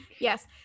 Yes